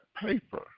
Paper